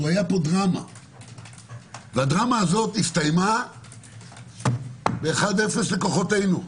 והיא הסתיימה ב-1 0 לכוחותינו.